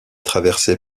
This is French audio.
traversé